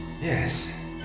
Yes